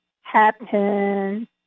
happen